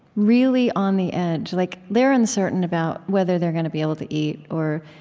really on the edge. like they're uncertain about whether they're gonna be able to eat, or